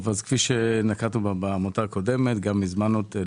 לא יכול להיות מצב כזה שאנחנו מחוסר ברירה ניאלץ לבוא ולאשר רשימה